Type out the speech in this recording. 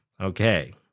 okay